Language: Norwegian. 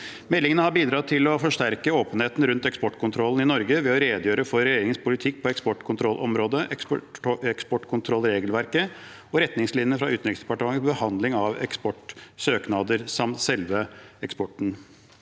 Meldingene har bidratt til å forsterke åpenheten rundt eksportkontrollen i Norge ved å redegjøre for regjeringens politikk på eksportkontrollområdet, eksportkontrollregelverket og retningslinjene for Utenriksdepartementets behandling av eksportsøknader samt for selve eksporten.